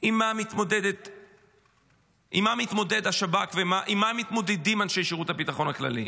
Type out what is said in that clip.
עם מה מתמודד השב"כ ועם מה מתמודדים אנשי שירות הביטחון הכללי.